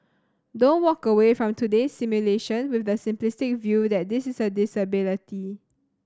don't walk away from today's simulation with the simplistic view that this is a disability